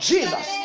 Jesus